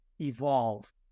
evolve